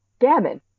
Gammon